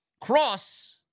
Cross